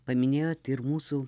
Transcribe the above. paminėjot ir mūsų